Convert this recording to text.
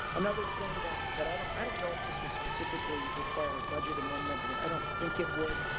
another thing that that i don't, i don't know if this would specifically require a budget amendment. i don't think it would.